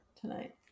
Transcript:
tonight